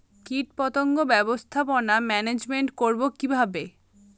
কীটপতঙ্গ ব্যবস্থাপনা ম্যানেজমেন্ট করব কিভাবে?